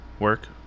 work